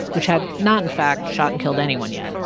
which had not, in fact, shot and killed anyone yet,